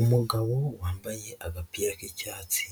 Umugabo wambaye agapira k'icyatsi